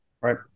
right